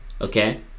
Okay